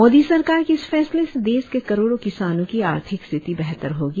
मोदी सरकार के इस फैसले से देश के करोड़ो किसानों की आर्थिक स्थिति बेहतर होगी